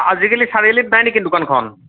আজি কালি চাৰিআলিত নাই নেকি দোকানখন